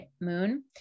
Moon